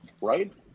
Right